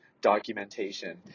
documentation